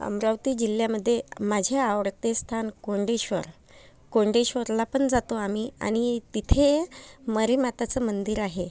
अमरावती जिल्ह्यामध्ये माझे आवडते स्थान कोंडेश्वर कोंडेश्वरला पण जातो आम्ही आणि तिथे मरीमाताचं मंदिर आहे